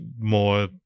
more